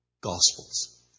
Gospels